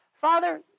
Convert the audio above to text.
Father